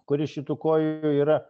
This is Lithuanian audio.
kuri šitų kojų yra